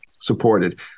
supported